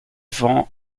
vents